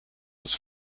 was